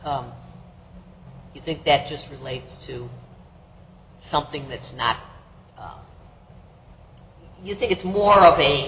you think that just relates to something that's not you think it's more of a